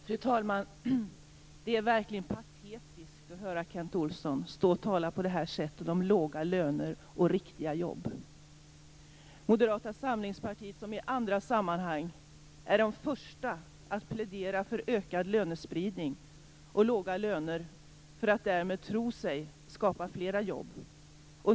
Fru talman! Det är verkligen patetiskt att höra Kent Olsson tala på det här sättet om låga löner och riktiga jobb. Moderata samlingspartiet är i andra sammanhang först med att plädera för ökad lönespridning och låga löner, för att man därmed tror sig skapa fler jobb.